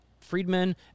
friedman